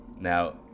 Now